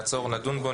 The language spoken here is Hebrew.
נעצור ונדון בו,